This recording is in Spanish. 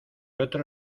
otro